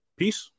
peace